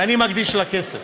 ואני מקדיש לה כסף,